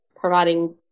providing